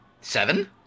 seven